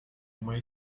uma